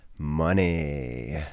Money